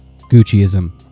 gucciism